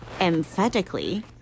emphatically